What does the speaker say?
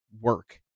work